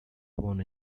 won